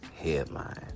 headline